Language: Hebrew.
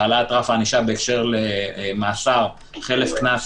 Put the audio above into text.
של העלאת רף הענישה בהקשר של מאסר חלף קנס.